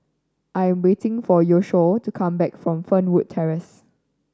I am waiting for Yoshio to come back from Fernwood Terrace